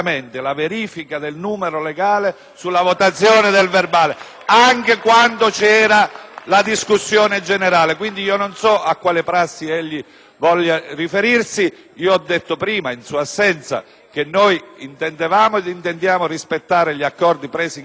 anche quando c'era la discussione generale. Quindi non so a quale prassi voglia riferirsi. Ho detto prima, in sua assenza, che noi intendevamo ed intendiamo rispettare gli accordi presi in Conferenza dei Capigruppo; avvertivamo l'esigenza che su un provvedimento